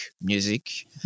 music